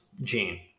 gene